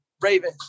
Raven